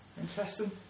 interesting